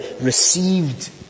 received